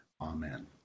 Amen